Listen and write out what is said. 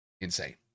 insane